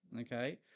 Okay